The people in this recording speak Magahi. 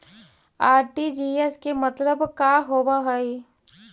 आर.टी.जी.एस के मतलब का होव हई?